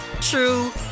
true